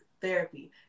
therapy